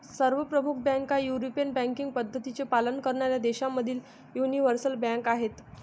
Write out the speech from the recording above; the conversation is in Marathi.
सर्व प्रमुख बँका युरोपियन बँकिंग पद्धतींचे पालन करणाऱ्या देशांमधील यूनिवर्सल बँका आहेत